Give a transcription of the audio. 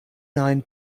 nine